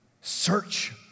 search